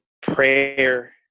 prayer